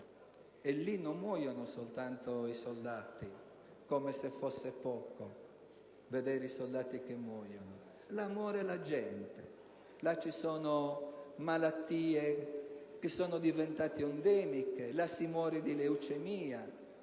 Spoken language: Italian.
E lì non muoiono soltanto i soldati (come se fosse poco vedere soldati che muoiono). Lì muore la gente; lì ci sono malattie diventate endemiche; lì si muore di leucemia